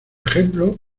ejemplo